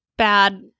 bad